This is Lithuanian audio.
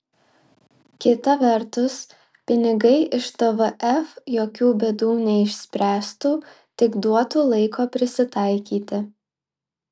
kita vertus pinigai iš tvf jokių bėdų neišspręstų tik duotų laiko prisitaikyti